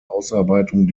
ausarbeitung